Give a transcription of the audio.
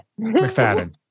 McFadden